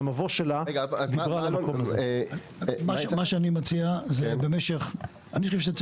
במבוא שלה --- אני חושב שצריך להסתפק,